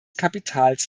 kapitals